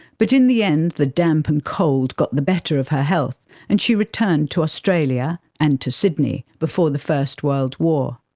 but in the end the damp and cold got the better of her health and she returned to australia and to sydney before the first world war.